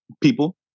people